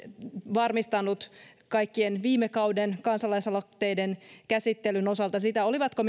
varmistanut kaikkien viime kauden kansalaisaloitteiden käsittelyn osalta sitä olivatko